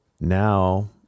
now